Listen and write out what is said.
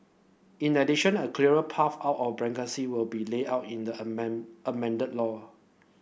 in addition a clearer path out of bankruptcy will be laid out in the amended law